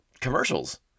commercials